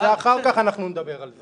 על זה אנחנו נדבר אחר כך,